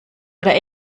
oder